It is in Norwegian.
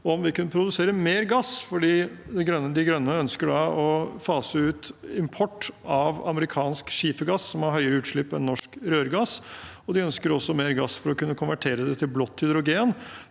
om vi kunne produsere mer gass, fordi Die Grünen ønsker å fase ut import av amerikansk skifergass, som har høyere utslipp enn norsk rørgass. De ønsker også mer gass for å kunne konvertere det til blått hydrogen